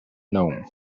gnome